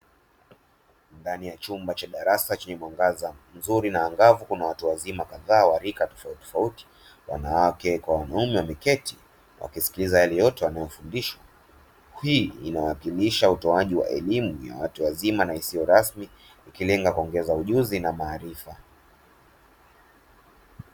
Ndani ya chumba cha darasa chenye mwangaza mzuri na angavu, kuna watu wazima kadhaa na wa rika tofautitofauti wanawake kwa wanaume wameketi wakisikiliza wanachofundishwa. Hii inawakilisha utoaji wa elimu ya watu wazima isiyo rasmi ikilenga kuongeza ujuzi na maarifa.